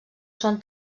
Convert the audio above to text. són